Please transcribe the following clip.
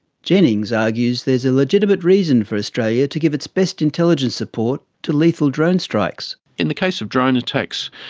jennings argues there is a legitimate reason for australia to give its best intelligence support to lethal drone strikes. in the case of drone attacks,